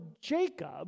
Jacob